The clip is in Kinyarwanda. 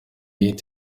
hit